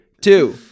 two